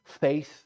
faith